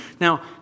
Now